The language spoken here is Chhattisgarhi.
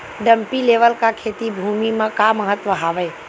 डंपी लेवल का खेती भुमि म का महत्व हावे?